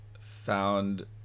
found